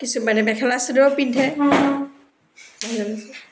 কিছুমানে মেখেলা চাদৰো পিন্ধে